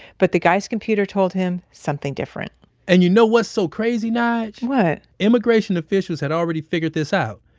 but the guy's computer told him something different and you know, what's so crazy, nyge? what? immigration officials had already figured this out.